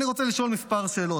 אני רוצה לשאול כמה שאלות.